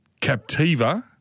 Captiva